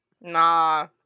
nah